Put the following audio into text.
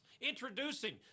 Introducing